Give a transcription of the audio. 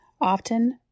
Often